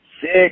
six